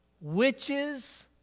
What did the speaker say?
witches